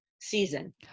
season